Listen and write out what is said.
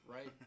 Right